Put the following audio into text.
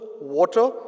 water